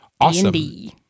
Awesome